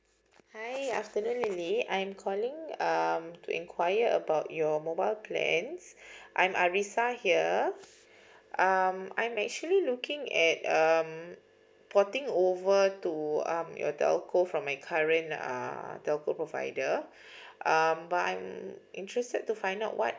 hi afternoon lily I'm calling um to inquire about your mobile plans I'm arrissa here um I'm actually looking at um porting over to um your telco from my current uh telco provider mm but I'm interested to find out what